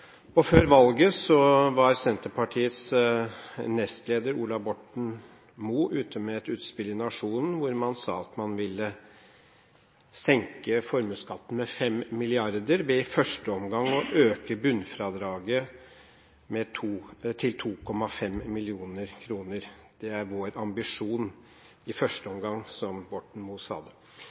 hender. Før valget var Senterpartiets nestleder Ola Borten Moe ute med et utspill i Nationen, hvor han sa at man ville senke formuesskatten med 5 mrd. kr ved i første omgang å øke bunnfradraget til 2,5 mill. kr. Det er vår ambisjon i første omgang, som Borten Moe sa det.